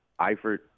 Eifert